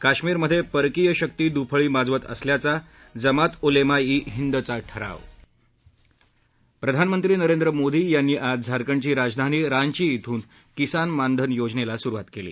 काश्मीरमधे परकीय शक्ती दुफळी माजवत असल्याचा जमात उलेमा इ हिंदचा ठराव प्रधानमंत्री नरेंद्र मोदी यांनी आज झारखंडची राजधानी रांची इथून किसान मानधन योजनेला सुरुवात केली